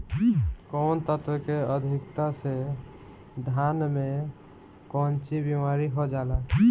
कौन तत्व के अधिकता से धान में कोनची बीमारी हो जाला?